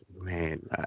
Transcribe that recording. man